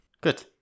Good